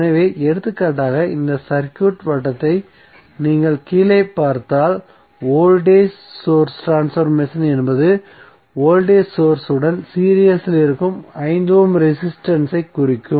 எனவே எடுத்துக்காட்டாக இந்த சர்க்யூட் வட்டத்தை நீங்கள் கீழே பார்த்தால்வோல்டேஜ் சோர்ஸ் ட்ரான்ஸ்பர்மேசன் என்பது வோல்டேஜ் சோர்ஸ் உடன் சீரிஸ் இல் இருக்கும் 10 ஓம் ரெசிஸ்டன்ஸ் ஐ குறிக்கும்